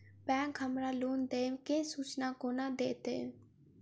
Bank हमरा loan देय केँ सूचना कोना देतय?